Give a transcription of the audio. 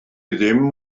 ddim